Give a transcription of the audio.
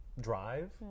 drive